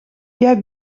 jij